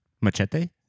Machete